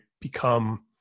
become